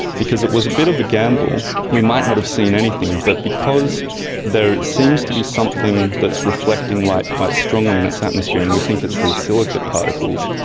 because it was a bit of a gamble. we might not have seen anything, but because there seems to be something that's reflecting light quite strongly in its atmosphere and we think it's these silicate particles,